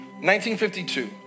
1952